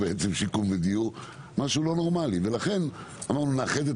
אמרתי ליעקב אשר שאולי בפעם הבאה הוא יהיה יושב-ראש ועדת הכלכלה,